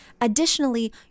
additionally